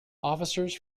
officers